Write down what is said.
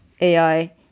AI